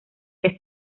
que